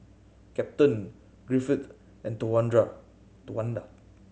Captain Griffith and Towanda